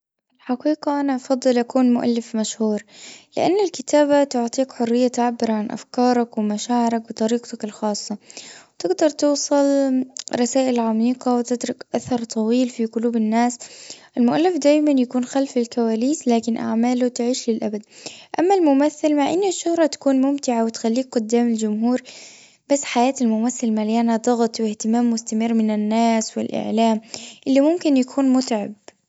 في الحقيقة أنا أفضل أكون مؤلف مشهور. لأن الكتابة تعطيك حرية تعبر عن أفكارك ومشاعرك بطريقتك الخاصة. تقدر توصل رسائل عميقة وتترك آثر طويل في قلوب الناس. المؤلف دايما يكون خلف الكواليس لكن أعماله تعيش للأبد. أما الممثل مع أن الشهرة تكون ممتعة وتخليك قدام الجمهور. بس حياة الممثل مليانة ضغط وإهتمام مستمر من الناس والأعلام. اللي ممكن يكون متعب.